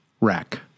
rack